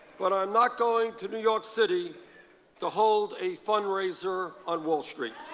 but i'm not going to new york city to hold a fundraiser on wall street.